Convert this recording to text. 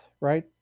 right